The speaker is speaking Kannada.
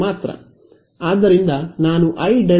ಕೇವಲ 1 ಜೆಕೆಆರ್೨ ಮಾತ್ರ